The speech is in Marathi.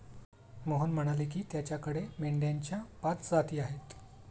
मोहन म्हणाले की, त्याच्याकडे मेंढ्यांच्या पाच जाती आहेत